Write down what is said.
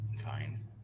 Fine